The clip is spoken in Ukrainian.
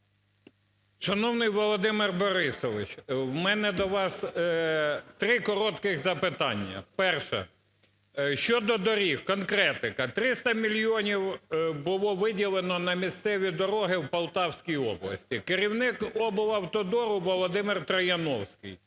Шановний Володимир Борисович, в мене до вас три коротких запитання. Перше: щодо доріг, конкретика. 300 мільйонів було виділено на місцеві дороги в Полтавській області. Керівник "Облавтодору" Володимир Трояновський.